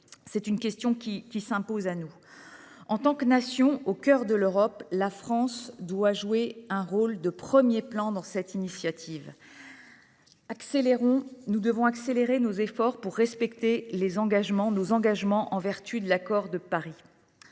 est la question qui s’impose à nous. En tant que Nation au cœur de l’Europe, la France doit jouer un rôle de premier plan dans cette initiative. Nous devons accélérer nos efforts pour respecter nos engagements en vertu de l’accord de Paris.